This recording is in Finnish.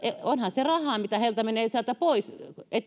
onhan se rahaa mitä heiltä menee sieltä pois